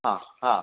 हा हा